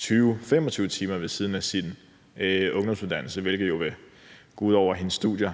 20-25 timer ved siden af sin ungdomsuddannelse, hvilket jo vil gå ud over hendes studier.